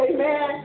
Amen